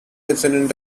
incident